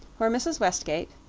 where mrs. westgate,